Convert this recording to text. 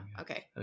Okay